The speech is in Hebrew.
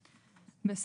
התקבלה.